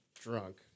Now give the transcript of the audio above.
drunk